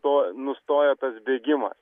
to nustojo tas bėgimas